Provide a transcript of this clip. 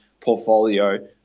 portfolio